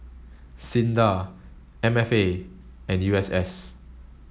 SINDA M F A and U S S